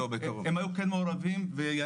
כן הם היו מעורבים.